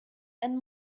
and